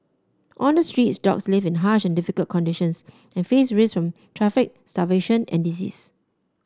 on the streets dogs live in harsh and difficult conditions and face traffic starvation and disease